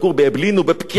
בבתים שלהם.